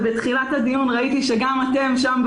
בתחילת הדיון ראיתי שגם אתם שם,